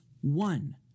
one